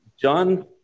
John